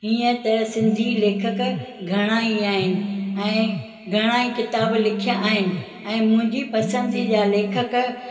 हीअं त सिंधी लेखक घणाई आहिनि ऐं घणाई किताब लिखिया आहिनि ऐं मुंहिंजी पसंदीदा लेखक